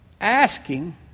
asking